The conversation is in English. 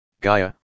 gaia